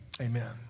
amen